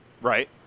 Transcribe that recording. right